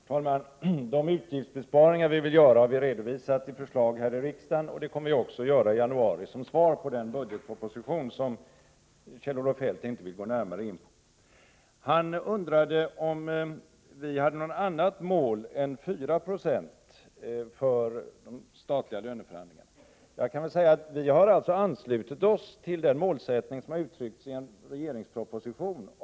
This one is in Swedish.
Herr talman! De utgiftsbesparingar som vi vill göra har vi redovisat i förslag här i riksdagen, och det kommer vi också att göra i januari med anledning av den budgetproposition som Kjell-Olof Feldt inte vill gå närmare in på. Han undrade om vi hade något annat mål än 4 96 när det gäller de statliga löneförhandlingarna. Vi har anslutit oss till målsättningen 3 96 som har uttryckts i en regeringsproposition.